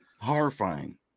horrifying